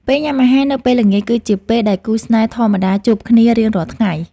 ពេលញ៉ាំអាហារនៅពេលល្ងាចគឺជាពេលដែលគូស្នេហ៍ធម្មតាជួបគ្នារៀងរាល់ថ្ងៃ។